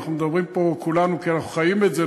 אנחנו מדברים פה כולנו כי אנחנו חיים את זה,